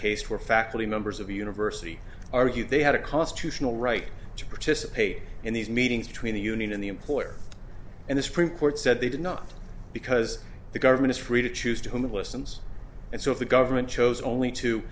case were faculty members of the university argued they had a constitutional right to participate in these meetings between the union and the employer and the supreme court said they did not because the government is free to choose to whom it listens and so if the government chose only to